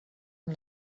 amb